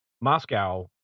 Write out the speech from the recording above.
moscow